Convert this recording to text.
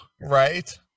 Right